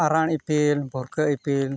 ᱟᱨᱟᱬ ᱤᱯᱤᱞ ᱵᱷᱩᱨᱠᱟᱹᱜ ᱤᱯᱤᱞ